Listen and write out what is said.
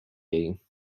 jej